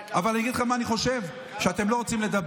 אבל אני אגיד לך מה אני חושב, אתם לא רוצים לדבר.